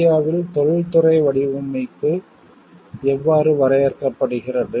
இந்தியாவில் தொழில்துறை வடிவமைப்பு இண்டஸ்ட்ரியல் டிசைன் எவ்வாறு வரையறுக்கப்படுகிறது